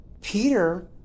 Peter